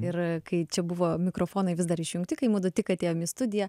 ir kai čia buvo mikrofonai vis dar išjungti kai mudu tik atėjom į studiją